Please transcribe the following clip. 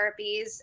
therapies